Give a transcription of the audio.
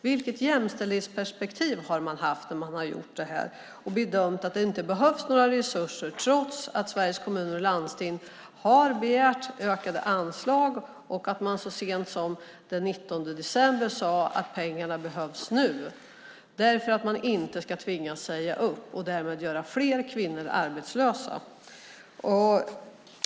Vilket jämställdhetsperspektiv har regeringen haft när den har gjort detta och bedömt att det inte behövs några resurser trots att Sveriges Kommuner och Landsting har begärt ökade anslag och så sent som den 19 december sade att pengarna behövs nu så att man inte ska tvingas säga upp och göra fler kvinnor arbetslösa?